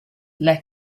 led